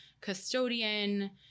custodian